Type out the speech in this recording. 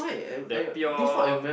the pure